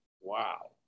Wow